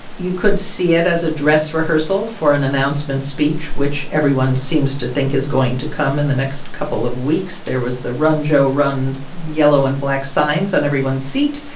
you could see it as a dress rehearsal for an announcement speech, which everyone seems to think is going to come in the next couple of weeks. there was the run, joe, run yellow-and-black signs on everyone's seat.